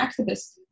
activists